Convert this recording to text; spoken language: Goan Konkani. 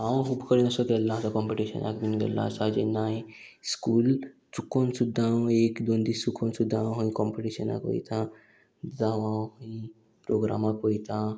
हांव खूब कडेन असो गेल्लो आसा कॉम्पिटिशनाक बीन गेल्लो आसा जेन्ना हांयें स्कूल चुकोन सुद्दां हांव एक दोन दीस चुकोन सुद्दां कॉम्पिटिशनाक वयतां जावं हांव प्रोग्रामाक वयतां